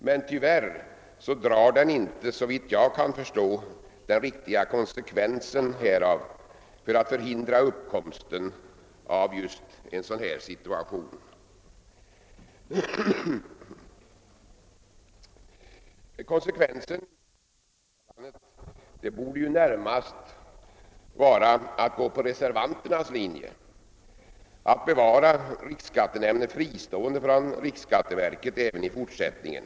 Men tyvärr drar utskottsmajoriteten, såvitt jag kan förstå, inte den riktiga konsekvensen när det gäller att förhindra uppkomsten av en sådan här situation. Konsekvensen av uttalandet borde ju närmast vara att man gick på reservanternas linje för att bevara riksskattenämnden fristående från riksskatteverket även i fortsättningen.